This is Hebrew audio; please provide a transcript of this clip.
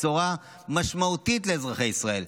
בשורה משמעותית לאזרחי ישראל,